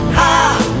high